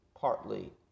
partly